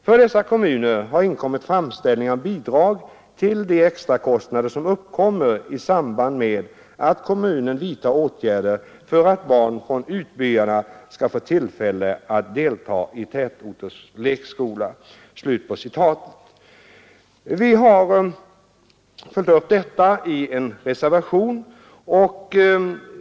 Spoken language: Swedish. Från dessa kommuner har inkommit framställningar om bidrag till de extrakostnader som uppkommer i samband med att kommunen vidtar åtgärder för att barn från utbyarna skall få tillfälle att delta i tätorters lekskola.” Vi har följt upp vårt krav i en reservation.